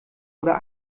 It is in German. oder